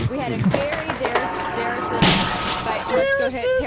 we had a very dareson dareson by let's go hit